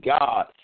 God